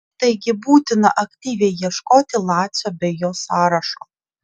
taigi būtina aktyviai ieškoti lacio bei jo sąrašo